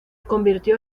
convirtió